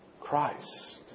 Christ